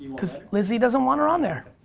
cause lizzy doesn't want her on there.